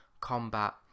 Combat